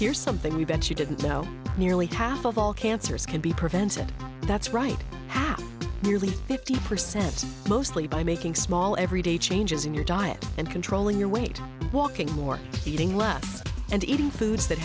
here's something you bet you didn't know nearly half of all cancers can be prevented that's right nearly fifty percent mostly by making small everyday changes in your diet and controlling your weight walking more eating less and eating foods that